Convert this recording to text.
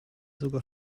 sogar